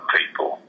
people